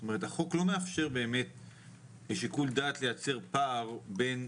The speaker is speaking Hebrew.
כלומר החוק לא מאפשר שיקול דעת לייצר פער בין